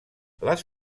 les